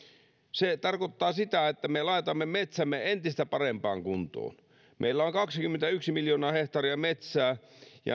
se tarkoittaa sitä että me laitamme metsämme entistä parempaan kuntoon meillä on kaksikymmentäyksi miljoonaa hehtaaria metsää